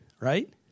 Right